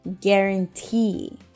Guarantee